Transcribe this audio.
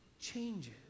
changes